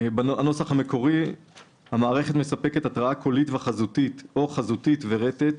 המערכת מספקת התרעה קולית וחזותית או חזותית ורטט,